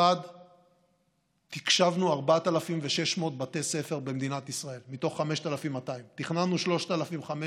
1. תקשבנו 4,600 בתי ספר במדינת ישראל מתוך 5,200. תכננו 3,500,